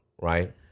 right